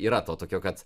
yra to tokio kad